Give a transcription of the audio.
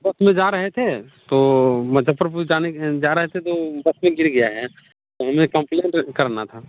बस में जा रहे थे तो मुज़फ़्फ़रपुर जाने जा रहे थे तो बस में गिर गया है हमें यह कंप्लेंट करना था